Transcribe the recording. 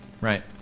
Right